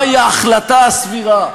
מהי ההחלטה הסבירה,